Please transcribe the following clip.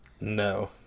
No